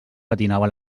patinava